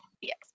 Yes